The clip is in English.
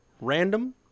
random